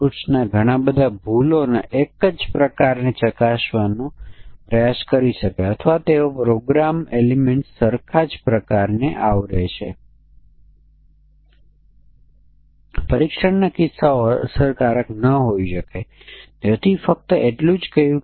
તેથી આ બાઉન્ડ્રી પર વિચારણા અને કોડમાં ભાષાંતરની સંભાળ લે છે આ સ્પષ્ટીકરણને કોડિંગ કરનાર પ્રોગ્રામરને બાઉન્ડ્રી પર સમસ્યા નહીં હોય સિવાય કે તે કોડિંગમાં જ ભૂલ કરશે